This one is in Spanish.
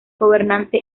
gobernante